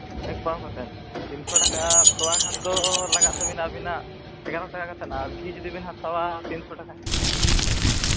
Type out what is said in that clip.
ᱯᱟᱣ ᱠᱟᱛᱮ ᱛᱤᱱᱥᱚ ᱴᱟᱠᱟ ᱛᱚᱣᱟ ᱠᱷᱟᱱ ᱫᱚ ᱞᱟᱜᱟᱜ ᱛᱟᱹᱵᱤᱱᱟ ᱟᱹᱵᱤᱟᱱᱜ ᱮᱜᱟᱨᱚ ᱴᱟᱠᱟ ᱠᱟᱛᱮ ᱟᱨ ᱜᱷᱤ ᱡᱩᱫᱤ ᱵᱤᱱ ᱦᱟᱛᱟᱣᱟ ᱛᱤᱱᱥᱚ ᱴᱟᱠᱟ